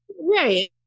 Right